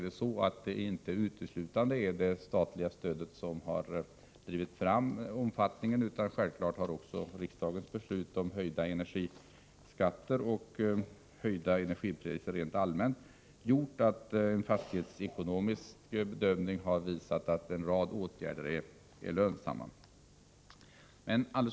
Det är inte uteslutande det statliga stödet utan självfallet också riksdagens beslut om höjda energiskatter och höjda energipriser rent allmänt som har gjort att en fastighetsekonomisk bedömning visar att en rad åtgärder är lönsamma.